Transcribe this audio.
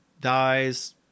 dies